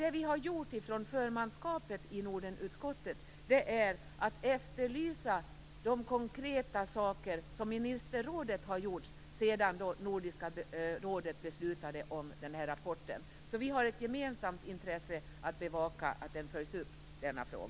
Det vi har gjort från förmanskapet i Nordenutskottet är att efterlysa de konkreta saker som ministerrådet har gjort sedan Nordiska rådet beslutade om rapporten. Vi har ett gemensamt intresse att bevaka att denna fråga följs upp.